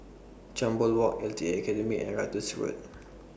Jambol Walk L T A Academy and Ratus Road